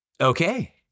Okay